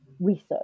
research